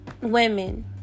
women